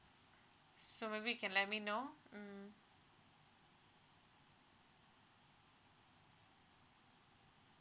so maybe you can let me know mm